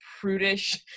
prudish